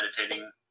meditating